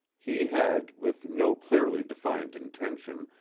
he had, with no clearly defined intention,